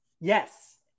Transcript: Yes